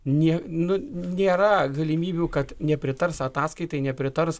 ne nu nėra galimybių kad nepritars ataskaitai nepritars